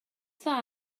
dda